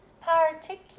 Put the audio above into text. particular